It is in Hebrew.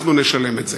אנחנו נשלם את זה.